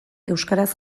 euskaraz